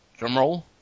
drumroll